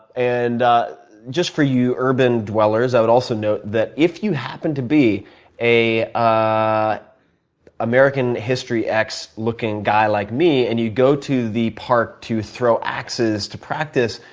and just for you urban dwellers, i would also note that if you happen to be an ah american history ax looking guy like me, and you go to the park to throw axes to practice,